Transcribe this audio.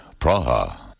Praha